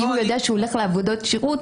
אם הוא יודע שהוא הולך לעבודות שירות,